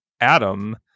Adam